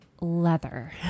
leather